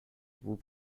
vous